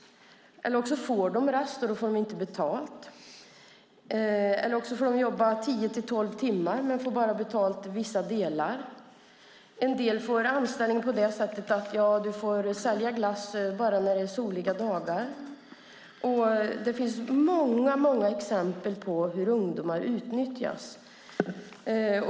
Eller också får de rast, men då får de inte betalt. Eller också får de jobba tio till tolv timmar men får bara betalt för vissa delar. En del får anställning på det sättet att de får sälja glass bara när det är soliga dagar. Det finns många exempel på hur ungdomar utnyttjas.